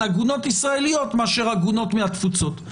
עגונות ישראליות מאשר עגונות מהתפוצות.